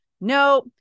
No